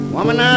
Woman